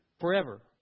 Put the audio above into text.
Forever